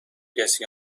کسی